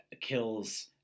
kills